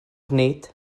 nid